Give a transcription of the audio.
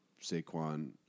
Saquon